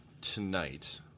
tonight